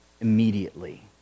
immediately